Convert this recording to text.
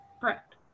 Correct